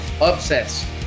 upsets